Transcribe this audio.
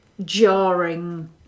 jarring